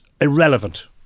irrelevant